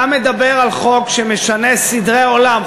אתה מדבר על חוק שמשנה סדרי עולם,